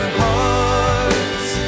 hearts